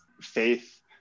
faith